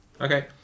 Okay